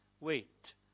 wait